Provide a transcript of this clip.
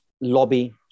lobby